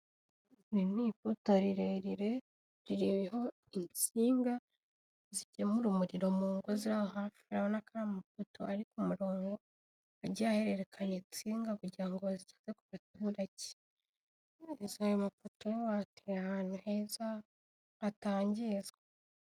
Iri ni ipoto rirerire ririho insinga zigemura umuriro mu ngo ziri aho hafi, urabona ko ari amapoto ari ku murongo agiye ahererekanya insinga, kugira ngo bazigeze ku baturage, gusa ayo mapoto yo ateye ahantu heza hatangiza.